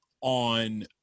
on